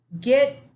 get